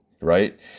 right